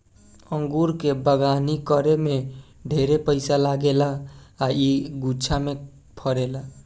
अंगूर के बगानी करे में ढेरे पइसा लागेला आ इ गुच्छा में फरेला